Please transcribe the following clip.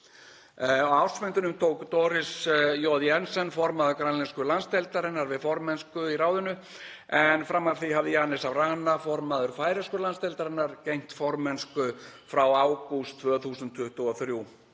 Á ársfundinum tók Doris J. Jensen, formaður grænlensku landsdeildarinnar, við formennsku í ráðinu en fram að því hafði Jenis av Rana, formaður færeysku landsdeildarinnar, gegnt formennsku frá ágúst 2023.